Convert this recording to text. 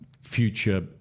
future